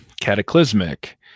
cataclysmic